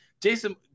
Jason